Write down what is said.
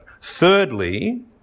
Thirdly